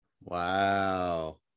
Wow